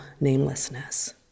namelessness